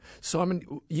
Simon